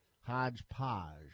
hodgepodge